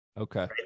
okay